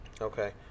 Okay